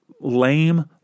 lame